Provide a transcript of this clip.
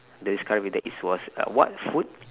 that discovered it that is was uh what food